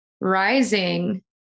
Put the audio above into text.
Rising